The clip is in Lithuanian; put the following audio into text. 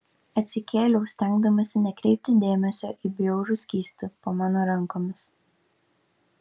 atsikėliau stengdamasi nekreipti dėmesio į bjaurų skystį po mano rankomis